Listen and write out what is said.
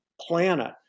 planet